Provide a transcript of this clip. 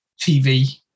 TV